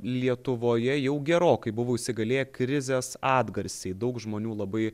lietuvoje jau gerokai buvo įsigalėję krizės atgarsiai daug žmonių labai